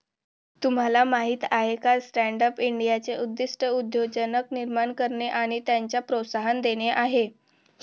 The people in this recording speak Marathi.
तुम्हाला माहीत आहे का स्टँडअप इंडियाचे उद्दिष्ट उद्योजक निर्माण करणे आणि त्यांना प्रोत्साहन देणे आहे